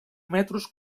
metres